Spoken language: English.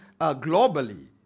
globally